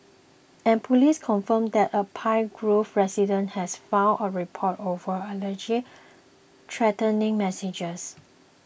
and police confirmed that a Pine Grove resident has filed a report over alleged threatening messages